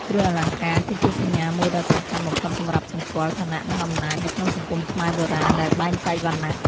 គ្រឿងអលង្ការគឺជាសញ្ញាមួយដ៏សំខាន់បំផុតសម្រាប់សម្គាល់ ឋានៈ និងអំណាច នៅក្នុងសង្គមខ្មែរបុរាណដែលបែងចែកវណ្ណៈ។